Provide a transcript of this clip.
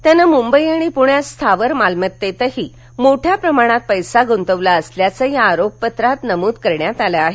त्यानं मुंबई आणि पुण्यात स्थावर मालमत्तेतही मोठ्या प्रमाणात पैसा गुंतवला असल्याचंही या आरोपपत्रात नमूद करण्यात आलं आहे